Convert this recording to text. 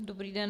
Dobrý den.